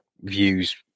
views